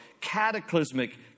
cataclysmic